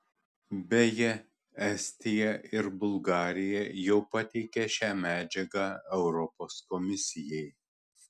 beje estija ir bulgarija jau pateikė šią medžiagą europos komisijai